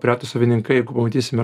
priatūs savininkai jeigu pamatysime